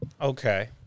Okay